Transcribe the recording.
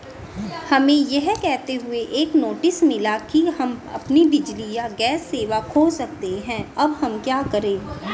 हमें यह कहते हुए एक नोटिस मिला कि हम अपनी बिजली या गैस सेवा खो सकते हैं अब हम क्या करें?